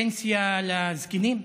פנסיה לזקנים.